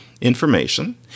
information